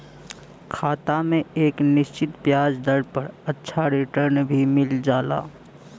खाता में एक निश्चित ब्याज दर पर अच्छा रिटर्न भी मिल जाला